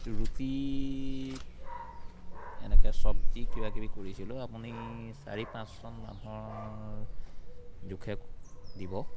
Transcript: ৰুটি এনেকৈ চব্জি কিবাকিবি কৰিছিলোঁ আপুনি চাৰি পাঁচজন মানুহৰ জোখে দিব